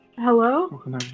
Hello